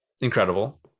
incredible